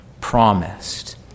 promised